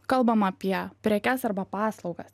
kalbam apie prekes arba paslaugas